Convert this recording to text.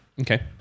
Okay